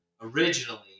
originally